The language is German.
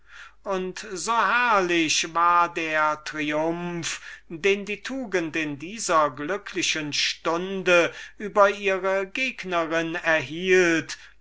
und so herrlich war der triumph den die tugend in dieser glücklichen stunde über ihre gegnerin erhielt